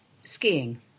skiing